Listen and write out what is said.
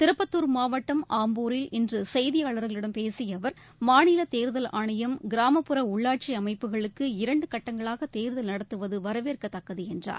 திருப்பத்தார் மாவட்டம் ஆம்பூரில் இன்று செய்தியாளர்களிடம் பேசிய அவர் மாநிலத் தேர்தல் ஆணையம் கிராமப்புற உள்ளாட்சி அமைப்புகளுக்கு இரண்டு கட்டங்களாக தேர்தல் நடத்துவது வரவேற்கத்தக்கது என்றார்